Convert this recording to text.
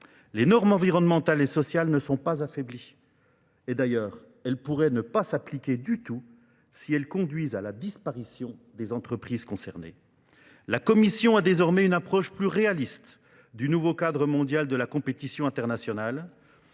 Les normes environnementales et sociales ne sont pas affaiblies. Et d'ailleurs, elles pourraient ne pas s'appliquer du tout si elles conduisent à la disparition des entreprises concernées. La Commission a désormais une approche plus réaliste du nouveau cadre mondial de la compétition internationale.